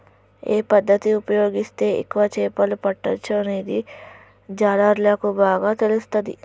ఏ పద్దతి ఉపయోగిస్తే ఎక్కువ చేపలు పట్టొచ్చనేది జాలర్లకు బాగా తెలుస్తది